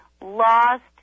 lost